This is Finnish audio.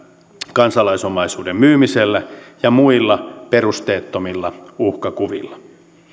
kansalaisomaisuuden myymisellä ja muilla perusteettomilla uhkakuvilla